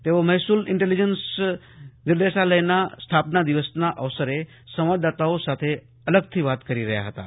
તેઓ મહેસૂલ ઇન્ટેલીજન્સ નિદેશાલયના સ્થાપના દિવસના અવસરે સંવાદદાતાઓ સાથે અલગથી વાત કરી રહ્યાં હતાં